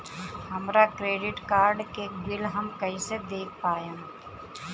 हमरा credit card के bill हम कइसे देख पाएम?